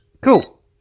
Cool